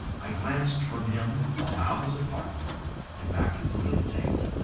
i glanced from him about his apartment and back to the little table.